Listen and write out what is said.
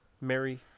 Mary